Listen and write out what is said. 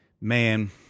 Man